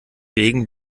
regen